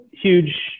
huge